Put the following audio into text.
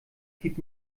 gibt